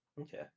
Okay